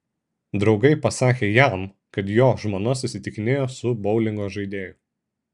draugai pasakė jam kad jo žmona susitikinėjo su boulingo žaidėju